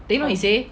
then you know he said